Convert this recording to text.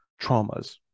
traumas